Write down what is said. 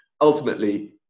Ultimately